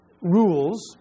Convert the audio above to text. rules